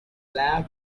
lab